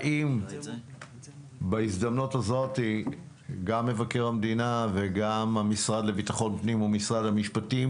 האם בהזדמנות זו גם מבקר המדינה וגם המשרד לביטחון פנים ומשרד המשפטים,